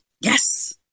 Yes